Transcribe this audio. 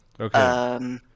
Okay